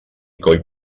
coll